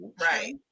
right